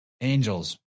angels